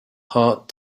heart